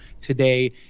today